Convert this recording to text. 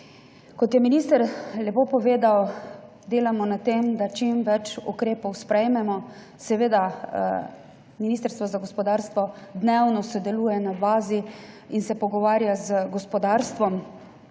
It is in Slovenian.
Kot je minister lepo povedal, delamo na tem, da čim več ukrepov sprejmemo. Seveda Ministrstvo za gospodarstvo dnevno sodeluje na bazi in se pogovarja z gospodarstvom.